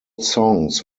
songs